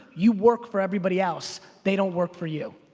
you work for everybody else. they don't work for you.